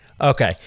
Okay